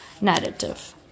narrative